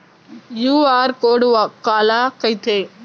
QR code काला कहिथे?